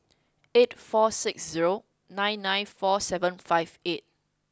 eight four six zero nine nine four seven five eight